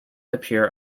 appear